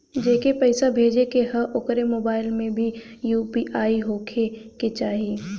जेके पैसा भेजे के ह ओकरे मोबाइल मे भी यू.पी.आई होखे के चाही?